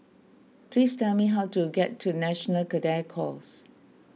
please tell me how to get to National Cadet Corps